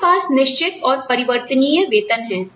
हमारे पास निश्चित और परिवर्तनीय वेतन है